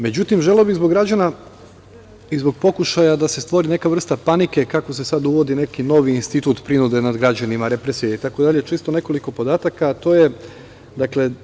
Međutim, želeo bih zbog građana i zbog pokušaja da se stvori neka vrsta panike, kako se sada uvodi neki novi institut prinude nad građanima, represije, itd, čisto nekoliko podataka da iznesem.